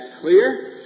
clear